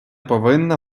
повинна